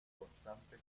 constante